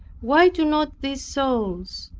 why do not these souls,